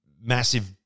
massive